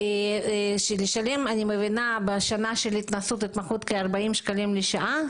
אני מבינה שבשנה של ההתמחות משלמים כ-40 שקלים לשעה?